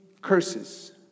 curses